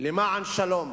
למען שלום.